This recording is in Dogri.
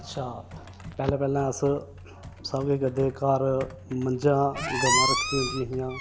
अच्छा पैह्लें पैह्लें अस सब किश करदे हे घर मंझां गवां रक्खी दी होंदियां हियां